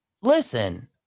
listen